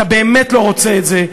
אתה באמת לא רוצה את זה.